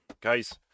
guys